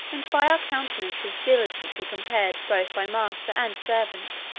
and by our countenances diligently compared both by master and servant,